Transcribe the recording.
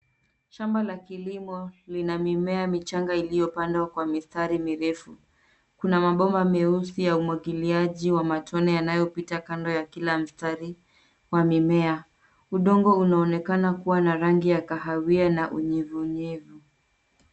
Shamba la kilimo lina mimea michanga iliyopandwa kwa mistari mirefu. Kuna mabomba meusi ya umwagiliaji wa matone yanayopita kando ya kila mstari wa mimea. Udongo unaonekana kuwa na rangi ya kahawia na unyevunyevu.